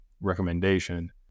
recommendation